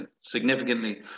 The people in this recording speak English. significantly